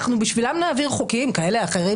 אנחנו בשבילם נעביר חוקים כאלה או אחרים,